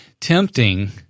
tempting